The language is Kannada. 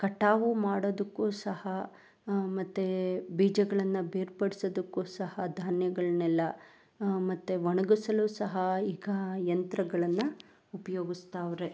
ಕಟಾವು ಮಾಡೋದಕ್ಕೂ ಸಹ ಮತ್ತು ಬೀಜಗಳನ್ನು ಬೇರ್ಪಡ್ಸೋದಕ್ಕೂ ಸಹ ಧಾನ್ಯಗಳನ್ನೆಲ್ಲ ಮತ್ತು ಒಣ್ಗಿಸಲು ಸಹ ಈಗ ಯಂತ್ರಗಳನ್ನು ಉಪ್ಯೋಗಿಸ್ತಾವ್ರೆ